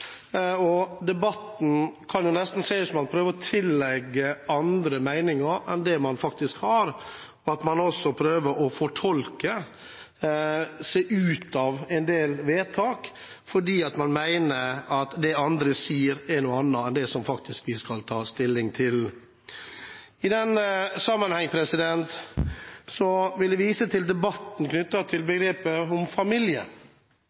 uklarheter. Debatten kan nesten ses på slik at man prøver å tillegge andre meninger som man faktisk ikke har, at man også prøver å fortolke seg ut av en del vedtak fordi man mener at det andre sier, er noe annet enn det vi faktisk skal ta stilling til. I den sammenheng vil jeg vise til debatten knyttet til